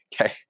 Okay